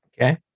Okay